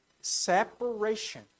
separation